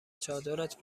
چادرت